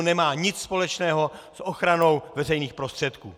Nemá nic společného s ochranou veřejných prostředků.